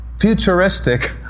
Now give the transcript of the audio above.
futuristic